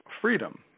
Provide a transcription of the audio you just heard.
freedom